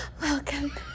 Welcome